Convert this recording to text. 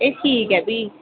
एह् ठीक ऐ भी